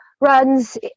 runs